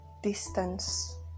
distance